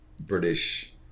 British